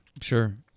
sure